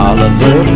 Oliver